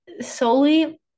solely